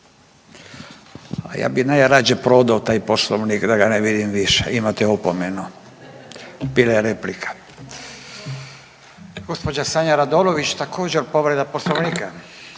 ja bih najrađe prodao taj Poslovnik da ga ne vidim više. Imate opomenu. Bila je replika. Gospođa Sanja Radolović također povreda Poslovnika.